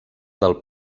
del